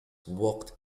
worked